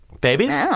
Babies